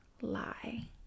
lie